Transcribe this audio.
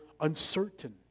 uncertain